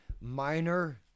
minor